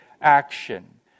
action